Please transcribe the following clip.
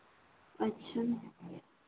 अच्छा